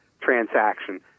transaction